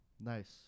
Nice